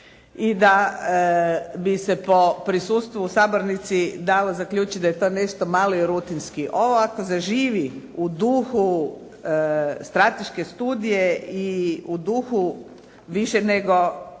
i da bi se po prisustvu u sabornici dalo zaključiti da je to nešto malo i rutinski. Ovo ako zaživi u duhu strateške studije i u duhu više nego